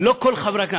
לא כל חברי הכנסת.